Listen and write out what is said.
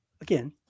Again